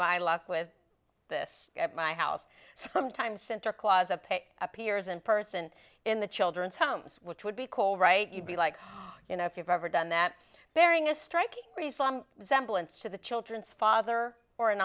my luck with this at my house sometimes center clause a appears and person in the children's homes which would be cool right you'd be like you know if you've ever done that bearing a striking resemblance to the children's father or an